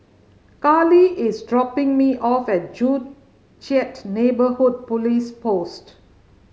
Carly is dropping me off at Joo Chiat Neighbourhood Police Post